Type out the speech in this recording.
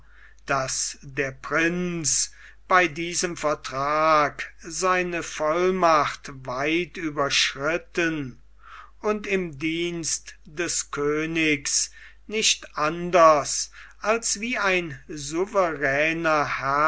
daß der prinz bei diesem vertrage seine vollmacht weit überschritten und im dienst des königs nicht anders als wie ein souveräner